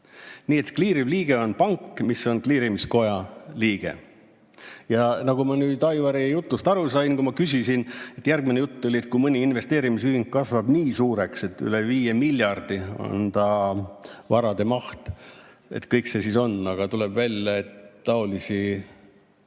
Nii et kliiriv liige on pank, mis on kliirimiskoja liige. Nagu ma nüüd Aivari jutust aru sain, kui ma küsisin järgmise jutu kohta, et kui mõni investeerimisühing kasvab nii suureks, et üle 5 miljardi on tema varade maht, et kes see siis on, siis tuleb välja, et taolisi